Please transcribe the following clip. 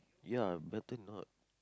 ya better not